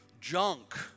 junk